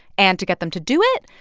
and to get them to do it,